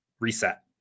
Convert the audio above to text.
reset